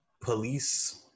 police